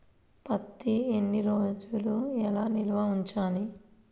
పత్తి ఎన్ని రోజులు ఎలా నిల్వ ఉంచాలి?